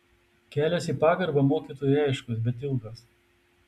kelias į pagarbą mokytojui aiškus bet ilgas